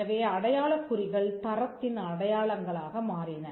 எனவே அடையாளக் குறிகள் தரத்தின் அடையாளங்களாக மாறின